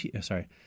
sorry